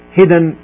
hidden